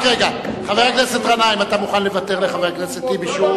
חבר הכנסת גנאים, אתה מוכן לוותר לחבר הכנסת טיבי?